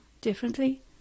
differently